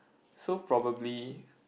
so probably